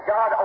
God